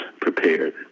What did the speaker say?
prepared